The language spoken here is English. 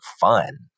fun